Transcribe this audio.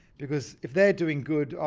because if they're doing good,